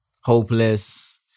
hopeless